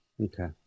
Okay